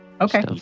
Okay